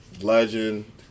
legend